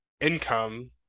income